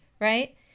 right